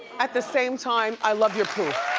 at the same time, i love your poof.